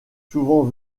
souvent